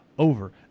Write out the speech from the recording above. over